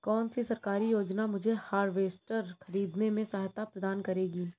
कौन सी सरकारी योजना मुझे हार्वेस्टर ख़रीदने में सहायता प्रदान करेगी?